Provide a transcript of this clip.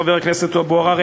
חבר הכנסת אבו עראר,